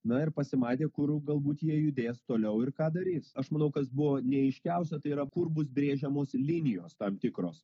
na ir pasimatė kur galbūt jie judės toliau ir ką darys aš manau kas buvo neaiškiausia tai yra kur bus brėžiamos linijos tam tikros